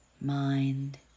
mind